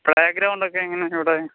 പ്ലൈഗ്രൗണ്ടൊക്കെ എങ്ങനെയെവിടെ